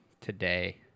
today